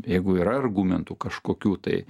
jeigu yra argumentų kažkokių tai